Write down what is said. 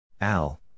Al